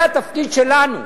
זה התפקיד שלנו.